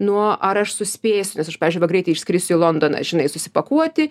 nuo ar aš suspėsiu nes aš pavyzdžiui greitai išskristi į londoną žinai susipakuoti